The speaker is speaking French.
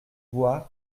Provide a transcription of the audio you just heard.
boire